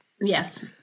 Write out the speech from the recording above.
Yes